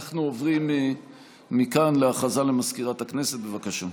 אנחנו עוברים מכאן להודעה למזכירת הכנסת, בבקשה.